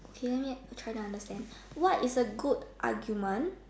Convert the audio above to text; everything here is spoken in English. okay then let's try to understand what is a good argument